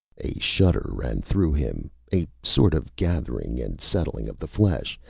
a shudder ran through him, a sort of gathering and settling of the flesh,